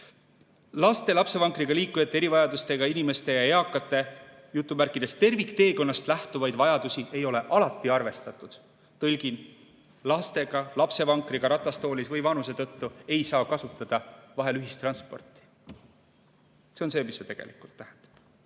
öeldes. "Lapsevankriga liikujate, erivajadustega inimeste ja eakate tervikteekonnast lähtuvaid vajadusi ei ole alati arvestatud." Tõlgin: lastega, lapsevankriga, ratastoolis või vanuse tõttu ei saa vahel kasutada ühistransporti. See on see, mida see tegelikult tähendab.